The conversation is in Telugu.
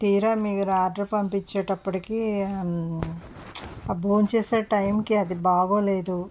తీరా మీరు ఆర్డర్ పంపించేటప్పటికీ భోంచేసే టైమ్కి అది బాగోలేదు